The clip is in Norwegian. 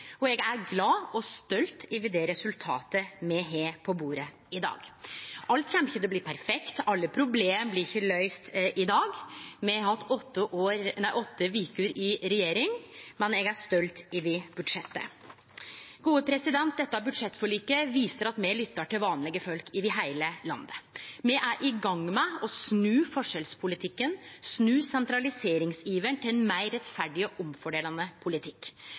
budsjett. Eg er glad og stolt over det resultatet me har på bordet i dag. Alt kjem ikkje til å bli perfekt, alle problem blir ikkje løyste i dag – me har hatt åtte veker i regjering – men eg er stolt over budsjettet. Dette budsjettforliket viser at me lyttar til vanlege folk over heile landet. Me er i gang med å snu forskjellspolitikken og snu sentraliseringsiveren til ein meir rettferdig og omfordelande politikk.